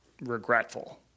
regretful